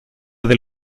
del